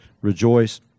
rejoice